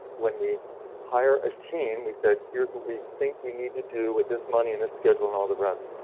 when we hire a team, we said here's what we think we need to do with this money in this schedule and all the rest.